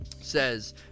says